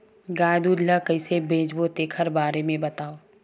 गाय दूध ल कइसे बेचबो तेखर बारे में बताओ?